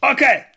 Okay